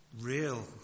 real